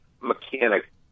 mechanic